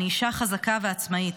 אני אישה חזקה ועצמאית.